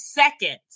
second